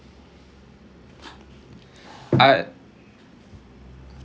I